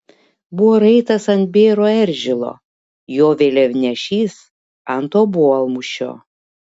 buvo raitas ant bėro eržilo jo vėliavnešys ant obuolmušio